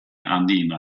handiena